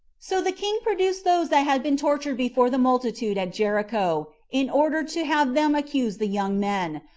so the king produced those that had been tortured before the multitude at jericho, in order to have them accuse the young men,